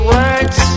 words